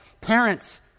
parents